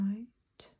Right